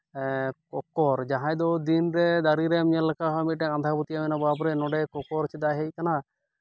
ᱠᱚᱠᱚᱨ ᱡᱟᱦᱟᱸᱭ ᱫᱚ ᱫᱤᱱ ᱨᱮ ᱫᱟᱨᱮ ᱨᱮᱢ ᱧᱮᱞ ᱞᱮᱠᱷᱟᱡ ᱦᱚᱸ ᱢᱤᱫᱴᱮᱡ ᱟᱸᱫᱷᱟ ᱯᱟᱹᱛᱭᱟᱹᱣ ᱢᱮᱱᱟᱜᱼᱟ ᱵᱟᱯᱨᱮ ᱱᱚᱰᱮ ᱠᱚᱠᱚᱨ ᱪᱮᱫᱟᱜ ᱦᱮᱡ ᱠᱟᱱᱟ